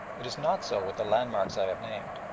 it is not so with the landmarks i have named,